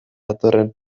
datorren